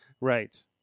right